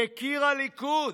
יקיר הליכוד,